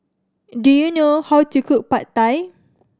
do you know how to cook Pad Thai